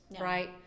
Right